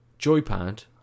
Joypad